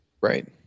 Right